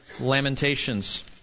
Lamentations